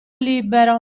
libero